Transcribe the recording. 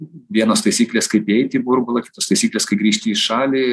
vienos taisyklės kaip įeiti į burbulą kitos taisyklės kai grįžti į šalį